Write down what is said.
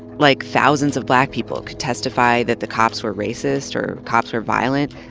like thousands of black people could testify that the cops were racist, or cops were violent,